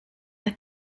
are